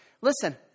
Listen